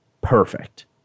perfect